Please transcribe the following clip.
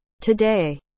Today